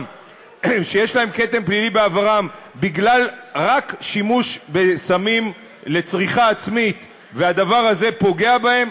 רק בגלל שימוש בסמים לצריכה עצמית והדבר הזה פוגע בהם,